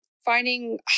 Finding